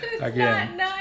Again